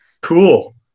Cool